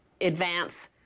advance